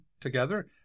together